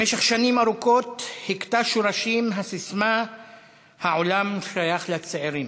במשך שנים ארוכות הכתה שורשים הססמה "העולם שייך לצעירים".